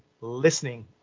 listening